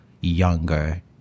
younger